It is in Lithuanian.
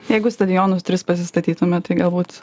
jeigu stadionus tris pasistatytume tai galbūt